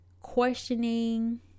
questioning